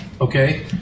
okay